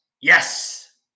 Yes